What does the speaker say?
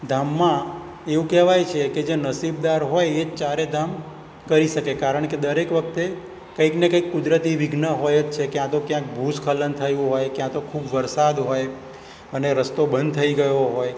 ધામમાં એવું કહેવાય છે કે જે નસીબદાર હોય એ જ ચારેધામ કરી શકે કારણ કે દરેક વખતે કંઈક ને કંઈક કુદરતી વિઘ્ન હોય જ છે કે આ તો ક્યાંક ભુસ્ખલન થયું હોય ક્યાં તો વરસાદ હોય અને રસ્તો બંધ થઈ ગયો હોય